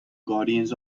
guardians